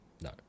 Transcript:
No